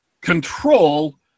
control